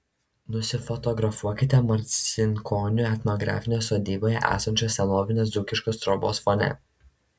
nusifotografuokite marcinkonių etnografinėje sodyboje esančios senovinės dzūkiškos trobos fone